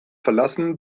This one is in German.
verlassen